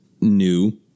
new